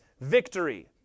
victory